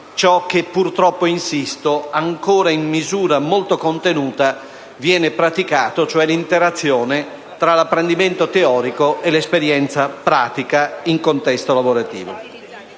ciò che purtroppo viene praticato ancora in misura molto contenuta, cioè l'interazione tra l'apprendimento teorico e l'esperienza pratica in contesto lavorativo.